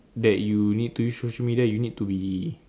that you need to use social media you need to be